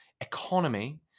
economy